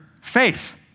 faith